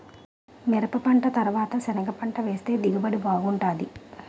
మిరపపంట తరవాత సెనగపంట వేస్తె దిగుబడి బాగుంటాది